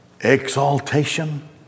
exaltation